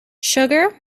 sugar